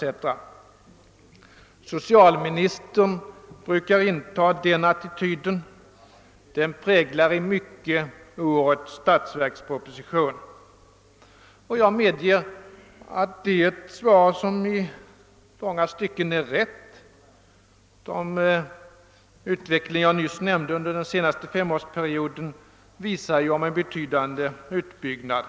Socialministern brukar inta den attityden, och den präglar också i mycket årets statsverksproposition. Jag medger att detta svar i många stycken är riktigt; den utveckling jag nyss nämnde under den senaste femårsperioden visar en betydande utbyggnad.